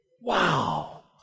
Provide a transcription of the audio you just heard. Wow